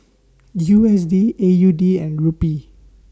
U S D A U D and Rupee